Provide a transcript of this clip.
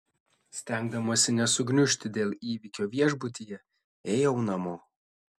stengdamasi nesugniužti dėl įvykio viešbutyje ėjau namo